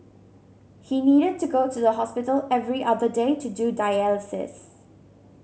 he needed to go to the hospital every other day to do dialysis